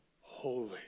holy